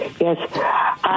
Yes